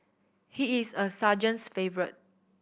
he is a sergeant's favourite